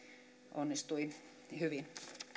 onnistui hyvin